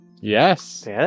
Yes